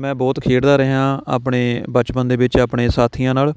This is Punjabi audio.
ਮੈਂ ਬਹੁਤ ਖੇਡਦਾ ਰਿਹਾ ਆਪਣੇ ਬਚਪਨ ਦੇ ਵਿੱਚ ਆਪਣੇ ਸਾਥੀਆਂ ਨਾਲ